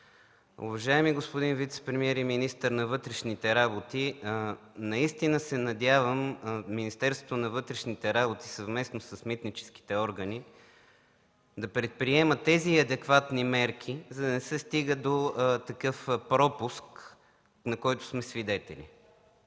Уважаеми господин вицепремиер и министър на вътрешните работи, наистина се надявам Министерството на вътрешните работи съвместно с митническите органи да предприемат тези адекватни мерки, за да не се стига до такъв пропуск, на който сме свидетели.